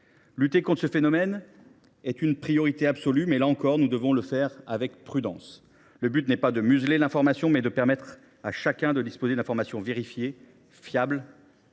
Lutter contre ce phénomène est une priorité absolue, mais, là encore, nous devons agir avec prudence. Le but est non pas de museler l’information, mais de permettre à chacun de disposer d’informations vérifiées, fiables